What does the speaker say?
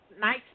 Nice